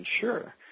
sure